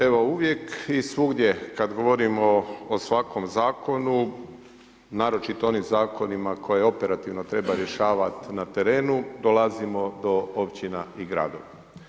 Evo uvijek i svugdje kada govorimo o svakom zakonu, naročito onim zakonima koje operativno treba rješavati na terenu dolazimo do općina i gradova.